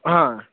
হ্যাঁ